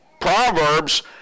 Proverbs